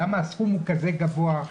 למה הסכום הוא כזה גבוה,